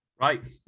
Right